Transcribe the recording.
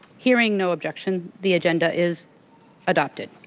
hearing no objection, the agenda is adopted.